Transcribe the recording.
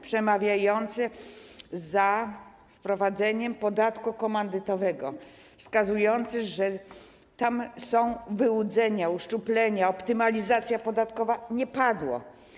przemawiający za wprowadzeniem podatku komandytowego, wskazujący, że tam są wyłudzenia, uszczuplenia, optymalizacja podatkowa, nie padł.